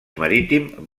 marítim